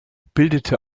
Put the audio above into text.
bildete